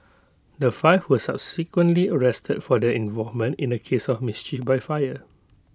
the five were subsequently arrested for their involvement in A case of mischief by fire